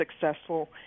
successful